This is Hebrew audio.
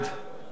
מי נמנע?